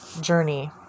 journey